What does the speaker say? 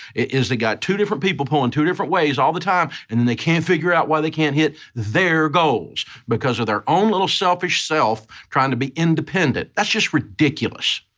is they got two different people pulling two different ways all the time and then they can't figure out why they can't hit their goals because of their own little selfish self trying to be independent. that's just ridiculous.